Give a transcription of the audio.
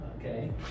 Okay